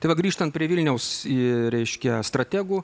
tai va grįžtant prie vilniaus į reiškia strategų